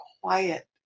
quiet